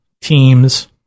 teams